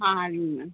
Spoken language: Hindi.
हाँ हाँ जी मैम